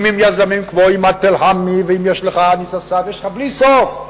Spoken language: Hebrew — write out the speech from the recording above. אם עם יזמים כמו עימאד תלחמי ואם יש לך איימן סייף ויש לך בלי סוף,